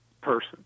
person